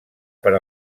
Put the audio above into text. per